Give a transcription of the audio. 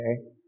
okay